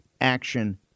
action